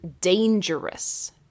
DANGEROUS